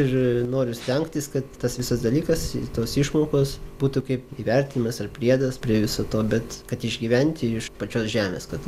ir noriu stengtis kad tas visas dalykas tos išmokos būtų kaip įvertinimas ar priedas prie viso to bet kad išgyventi iš pačios žemės kad